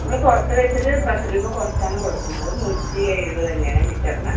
നമ്മള് പുറത്ത് വെച്ചിട്ട് പത്ത് രൂപ കുറച്ചാണ് കൊടുക്കുന്നത് അത് നൂറ്റി എഴുപത് എണ്ണ ആണ് ലിറ്ററിന്